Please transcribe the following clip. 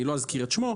לא אזכיר את שמו,